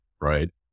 Right